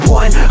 one